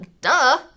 duh